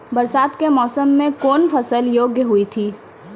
बरसात के मौसम मे कौन फसल योग्य हुई थी?